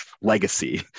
legacy